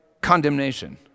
condemnation